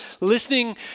listening